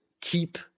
keep